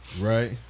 right